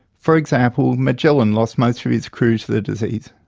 for example, magellan lost most of his crew to the disease.